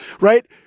right